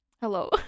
Hello